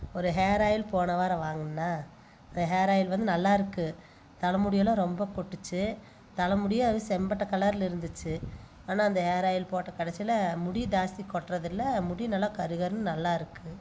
ஒரு hair oil போன வாரம் வாங்குனேனா அந்த ஹேர் ஆயில் வந்து நல்லாயிருக்கு தலை முடி எல்லாம் ரொம்ப கொட்டுச்சு தலை முடி அது செம்பட்டை கலரில் இருந்துச்சு ஆனால் அந்த ஹேர் ஆயில் போட்டு கடைசியில் முடியும் ஜாஸ்தி கொட்டுறதில்லை முடியும் நல்லா கருகருன்னு நல்லாயிருக்கு